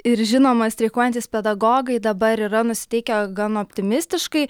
ir žinoma streikuojantys pedagogai dabar yra nusiteikę gan optimistiškai